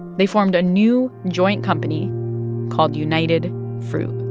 they formed a new joint company called united fruit